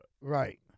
Right